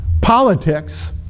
politics